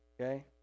okay